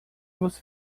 você